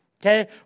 Okay